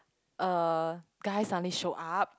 a guy suddenly show up